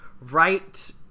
right